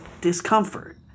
discomfort